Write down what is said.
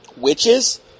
witches